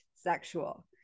sexual